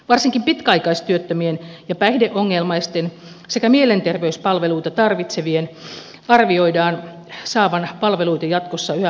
varsinkin pitkäaikaistyöttömien ja päihdeongelmaisten sekä mielenterveyspalveluita tarvitsevien arvioidaan saavan palveluita jatkossa yhä huonommin